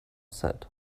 said